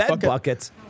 buckets